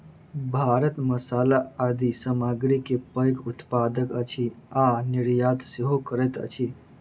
भारत मसाला आदि सामग्री के पैघ उत्पादक अछि आ निर्यात सेहो करैत अछि